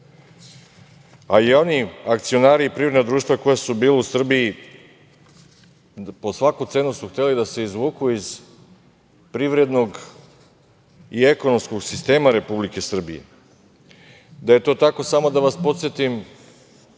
A oni akcionari i privredna društva koja su bila u Srbiji po svaku cenu su hteli da se izvuku iz privrednog i ekonomskog sistema Republike Srbije. Da je to tako, samo da vas podsetim